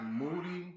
moody